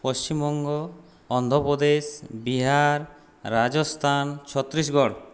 Paschimbanga Andhra Pradesh Bihar Rajasthan Chhattisgarh